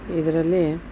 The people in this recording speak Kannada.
ಇದರಲ್ಲಿ